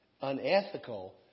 unethical